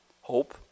hope